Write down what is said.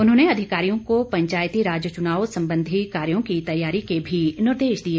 उन्होंने अधिकारियों को पंचायती राज चुनावों संबंधी कार्यों की तैयारी के भी निर्देश दिए